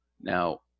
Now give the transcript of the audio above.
Now